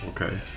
Okay